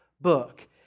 book